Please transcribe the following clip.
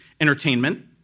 entertainment